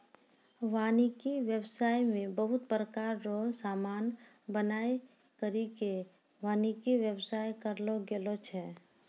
वानिकी व्याबसाय मे बहुत प्रकार रो समान बनाय करि के वानिकी व्याबसाय करलो गेलो छै